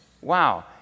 Wow